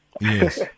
Yes